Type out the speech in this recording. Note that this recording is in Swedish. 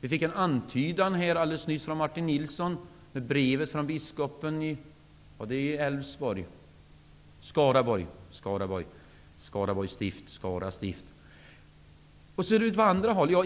Vi fick en antydan om det alldeles nyss från Martin Nilsson med brevet från biskopen i Skara stift. Hur ser det ut på andra håll?